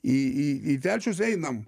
į į į telšius einam